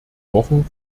wochen